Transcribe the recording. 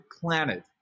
planet